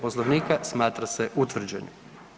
Poslovnika smatra se utvrđenim.